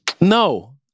no